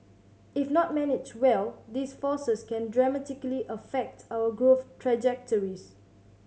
if not managed well these forces can dramatically affect our growth trajectories